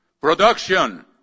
production